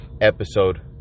episode